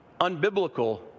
unbiblical